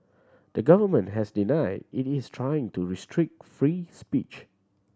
the government has denied it is trying to restrict free speech